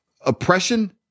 oppression